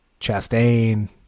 Chastain